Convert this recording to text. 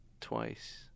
twice